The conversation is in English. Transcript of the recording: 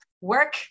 work